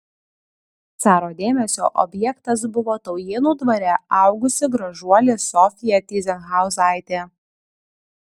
caro dėmesio objektas buvo taujėnų dvare augusi gražuolė sofija tyzenhauzaitė